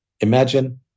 Imagine